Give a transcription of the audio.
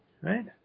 Right